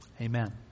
Amen